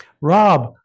Rob